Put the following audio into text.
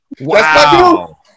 Wow